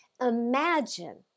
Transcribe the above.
imagine